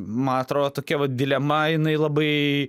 ma atro tokia vat dilema jinai labai